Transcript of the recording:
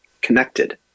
connected